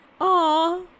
Aw